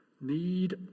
need